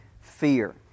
fear